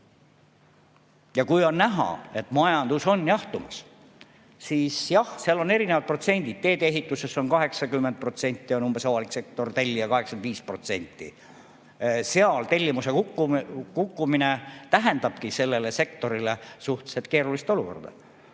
Ja kui on näha, et majandus on jahtumas, siis jah, seal on erinevad protsendid, teedeehituses on 80% umbes avalik sektor tellija või 85%. Seal tellimuse kukkumine tähendabki sellele sektorile suhteliselt keerulist olukorda.